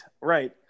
Right